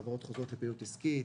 חברות חוזרות לפעילות עסקית,